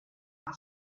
what